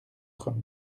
trump